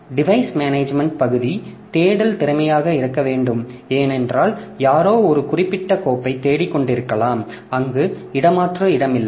device management பகுதி தேடல் திறமையாக இருக்க வேண்டும் ஏனென்றால் யாரோ ஒரு குறிப்பிட்ட கோப்பைத் தேடிக்கொண்டிருக்கலாம் அங்கு இடமாற்று இடமில்லை